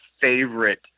favorite